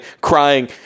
crying